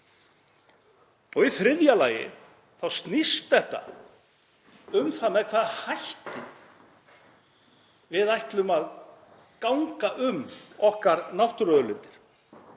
Í þriðja lagi snýst þetta um með hvaða hætti við ætlum að ganga um okkar náttúruauðlindir.